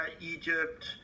Egypt